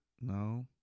no